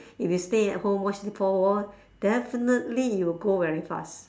if you stay at home watch four wall definitely you will grow old very fast